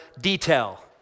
detail